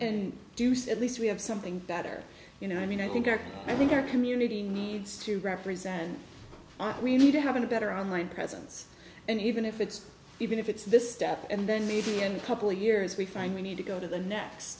and do say at least we have something better you know i mean i think i think our community needs to represent we need to have a better online presence and even if it's even if it's this step and then meeting in couple of years we find we need to go to the next